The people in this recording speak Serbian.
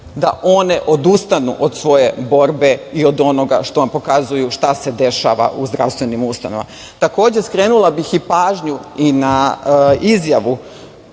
da one odustanu od svoje borbe i od onoga što vam pokazuju šta se dešava u zdravstvenim ustanovama. Takođe, skrenula bih pažnju i na izjavu